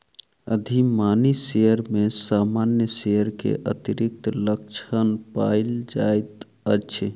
अधिमानी शेयर में सामान्य शेयर के अतिरिक्त लक्षण पायल जाइत अछि